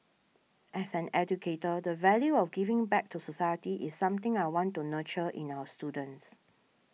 as an educator the value of giving back to society is something I want to nurture in our students